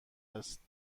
است